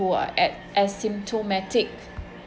who are a~ asymptomatic